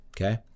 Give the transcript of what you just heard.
Okay